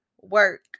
work